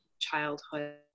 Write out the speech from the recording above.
childhood